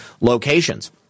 locations